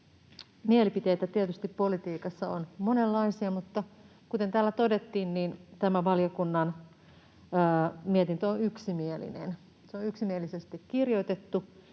Mielipiteitä tietysti politiikassa on monenlaisia, mutta kuten täällä todettiin, tämä valiokunnan mietintö on yksimielinen. Se on yksimielisesti kirjoitettu,